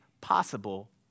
possible